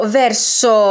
verso